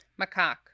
Macaque